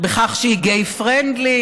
בכך שהיא gay friendly,